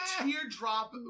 teardrop